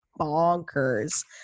bonkers